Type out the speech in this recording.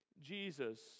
Jesus